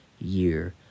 year